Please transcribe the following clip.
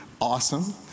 awesome